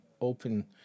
open